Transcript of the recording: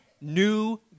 new